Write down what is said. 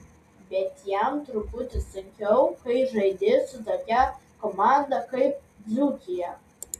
bet jam truputį sunkiau kai žaidi su tokia komanda kaip dzūkija